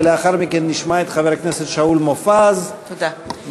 ולאחר מכן נשמע את שאול מופז מנמק.